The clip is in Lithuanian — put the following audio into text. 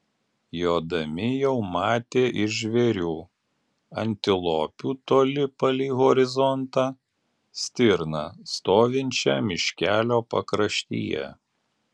jodami jau matė ir žvėrių antilopių toli palei horizontą stirną stovinčią miškelio pakraštyje